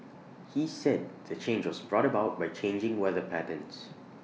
he said the change was brought about by changing weather patterns